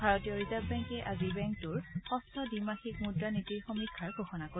ভাৰতীয় ৰিজাৰ্ভ বেংকে আজি বেংকটোৰ ষঠ দ্বিমাসিক মুদ্ৰা নীতিৰ সমীক্ষাৰ ঘোষণা কৰিব